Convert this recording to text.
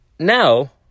Now